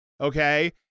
okay